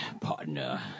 partner